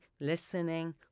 listening